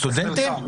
סטודנטים?